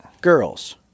Girls